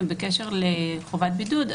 בקשר לחובת בידוד,